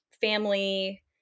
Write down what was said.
family